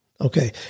okay